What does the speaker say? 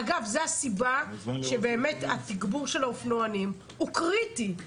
זו הסיבה שהתגבור של האופנוענים הוא קריטי.